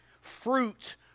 fruit